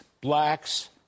blacks